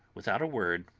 without a word,